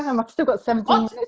and like still got seventeen minutes